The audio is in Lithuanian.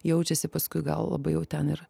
jaučiasi paskui gal labai jau ten ir